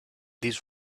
this